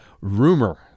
rumor